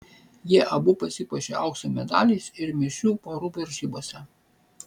jie abu pasipuošė aukso medaliais ir mišrių porų varžybose